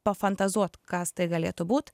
pafantazuot kas tai galėtų būt